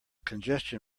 congestion